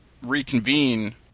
reconvene